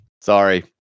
Sorry